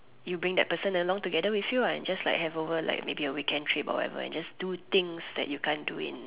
you bring that person along together with you ah and just like have over like maybe a weekend trip or whatever and just do things you can't do in